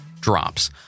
drops